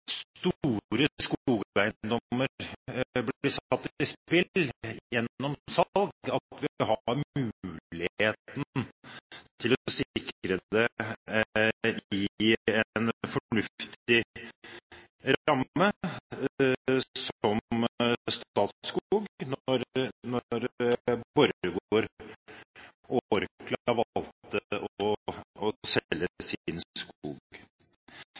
store skogeiendommer blir satt i spill gjennom salg, har vi muligheten til å sikre det i en fornuftig ramme som Statskog, når Borregaard og Orkla valgte å